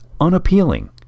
unappealing